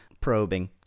probing